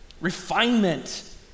refinement